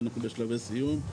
בשלבי סיום,